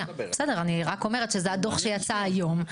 אני רק אומרת שזה הדו"ח שיצא היום.